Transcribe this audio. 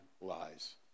lies